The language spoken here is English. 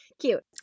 Cute